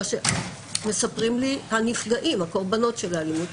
מה שמספרים לי הנפגעים, הקורבנות של האלימות.